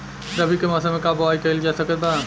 रवि के मौसम में का बोआई कईल जा सकत बा?